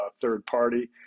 third-party